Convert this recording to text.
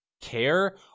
care